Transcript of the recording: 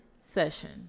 session